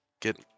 Get